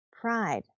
pride